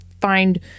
find